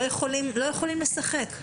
לא יכולים לשחק,